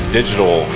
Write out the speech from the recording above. digital